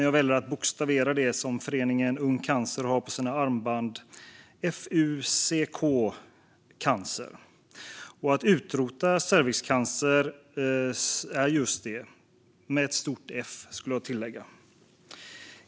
Jag väljer att bokstavera det som föreningen Ung Cancer har på sina armband: Fuck cancer. Att utrota cervixcancer är just det - med ett stort F, skulle jag tillägga.